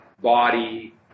body